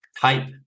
type